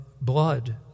blood